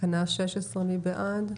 תקנה 16, מי בעד?